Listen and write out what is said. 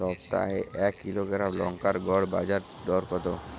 সপ্তাহে এক কিলোগ্রাম লঙ্কার গড় বাজার দর কতো?